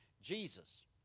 Jesus